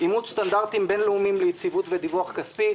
אימוץ סטנדרטים בין-לאומיים ליציבות ודיווח כספי,